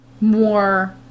more